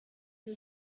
für